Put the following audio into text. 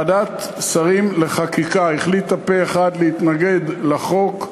ועדת שרים לחקיקה החליטה פה-אחד להתנגד לחוק,